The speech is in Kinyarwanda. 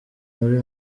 muri